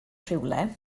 rhywle